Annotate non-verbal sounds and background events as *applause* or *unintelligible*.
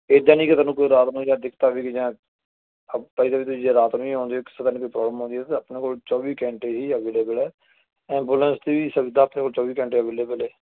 ਇੱਦਾਂ ਨਹੀਂ ਕਿ ਤੁਹਾਨੂੰ ਕੋਈ ਰਾਤ ਨੂੰ ਜਾਂ ਦਿੱਕਤ ਆਵੇਗੀ ਜਾਂ *unintelligible* ਬਾਈ ਦਾ ਵੇਅ ਤੁਸੀਂ ਜੇ ਰਾਤ ਨੂੰ ਵੀ ਆਉਂਦੇ ਹੋ ਜਾਂ ਤੁਹਾਨੂੰ ਕੋਈ ਪ੍ਰੋਬਲਮ ਆਉਂਦੀ ਹੈ ਤਾਂ ਆਪਣੇ ਕੋਲ ਚੌਵੀ ਘੰਟੇ ਹੀ ਅਵੇਲੇਬਲ ਹੈ ਐਬੂਲੈਂਸ ਦੀ ਵੀ ਸੁਵਿਧਾ ਆਪਣੇ ਕੋਲ ਚੌਵੀ ਘੰਟੇ ਅਵੇਲੇਬਲ ਹੈ